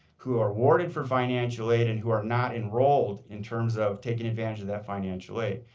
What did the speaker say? who are awarded for financial aid, and who are not enrolled, in terms of taking advantage of that financial aid.